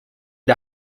der